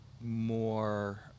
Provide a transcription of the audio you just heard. more